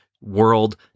world